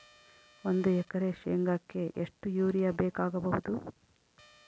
ಒಂದು ಎಕರೆ ಶೆಂಗಕ್ಕೆ ಎಷ್ಟು ಯೂರಿಯಾ ಬೇಕಾಗಬಹುದು?